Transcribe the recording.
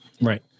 Right